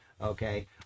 Okay